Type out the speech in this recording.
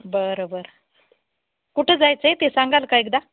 बरं बरं कुठं जायचं आहे ते सांगाल का एकदा